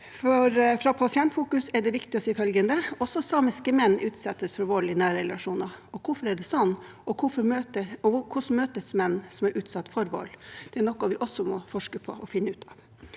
Fra Pasientfokus er det viktig å si følgende: Også samiske menn utsettes for vold i nære relasjoner. Hvorfor er det sånn, og hvordan møtes menn som er utsatt for vold? Det er noe vi også må forske på og finne ut av.